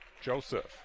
Joseph